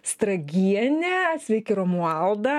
stragienė sveiki romualda